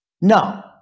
No